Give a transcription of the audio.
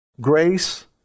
grace